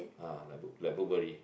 ah like like